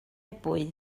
ebwy